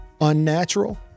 unnatural